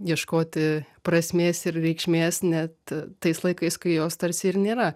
ieškoti prasmės ir reikšmės net tais laikais kai jos tarsi ir nėra